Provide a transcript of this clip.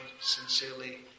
sincerely